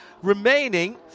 Remaining